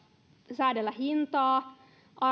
säädellä hintaa